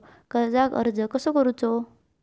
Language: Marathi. कर्जाक अर्ज कसो करूचो?